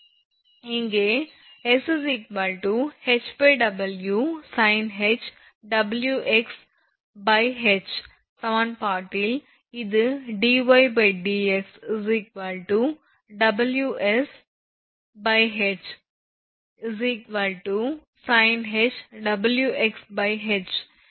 இங்கே s HW sinh WxH சமன்பாட்டில் இது dydx WsH sinh WxH